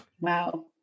Wow